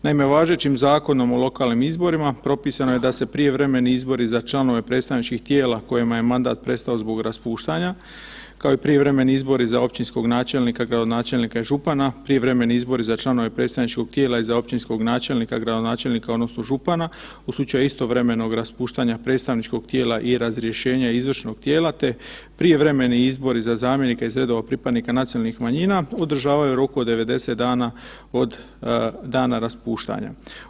Naime, važećim Zakonom o lokalnim izborima propisano je da se prijevremeni izbori za članove predstavničkih tijela kojima je mandat prestao zbog raspuštanja, kao i prijevremeni izbori za općinskog načelnika, gradonačelnika i župana, prijevremeni izbori za članove predstavničkog tijela i za općinskog načelnika, gradonačelnika odnosno župana u slučaju istovremenog raspuštanja predstavničkog tijela i razrješenja izvršnog tijela te prijevremeni izbori za zamjenika iz redova pripadnika nacionalnih manjina održavaju u roku od 90 dana od dana raspuštanja.